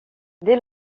dès